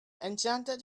enchanted